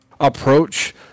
approach